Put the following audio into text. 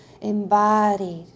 embodied